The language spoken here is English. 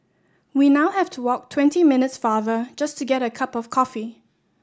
we now have to walk twenty minutes farther just to get a cup of coffee